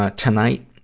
ah tonight,